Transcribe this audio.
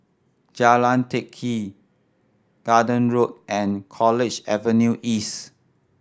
Jalan Teck Kee Garden Road and College Avenue East